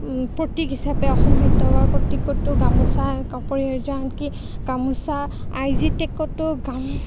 প্ৰতীক হিচাপে অসম সাহিত্য সভাৰ প্ৰতীকতো গামোছা এক অপৰিহাৰ্য আনকি গামোছা আই জি টেগতো